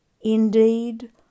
Indeed